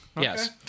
Yes